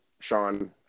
Sean